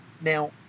Now